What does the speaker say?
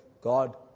God